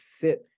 sit